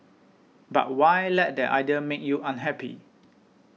but why let that idea make you unhappy